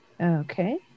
Okay